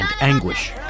anguish